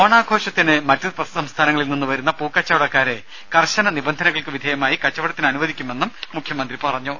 ഓണാഘോഷത്തിന് മറ്റ് സംസ്ഥാനങ്ങളിൽ നിന്ന് വരുന്ന പൂക്കച്ചവടക്കാരെ കർശന നിബന്ധനകൾക്ക് വിധേയമായി കച്ചവടത്തിന് അനുവദിക്കുമെന്നും മുഖ്യമന്ത്രി പറഞ്ഞു